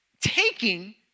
Taking